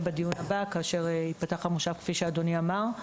בדיון הבא כאשר ייפתח המושב כפי שאדוני אמר.